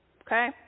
okay